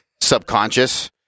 subconscious